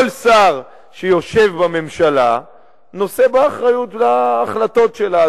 כל שר שיושב בממשלה נושא באחריות להחלטות שלה.